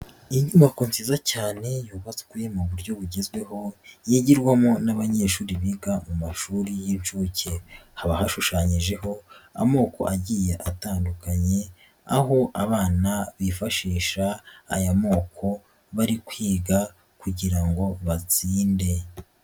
Inyubako nziza cyane yubatswe mu buryo bugezweho yigirwamo n'abanyeshuri biga mu mashuri y'inshuke, haba hashushanyijeho amoko agiye atandukanye aho abana bifashisha aya moko bari kwiga kugira ngo batsinde.